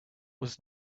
was